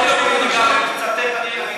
חבר הכנסת.